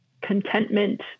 contentment